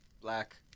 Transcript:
black